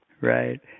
Right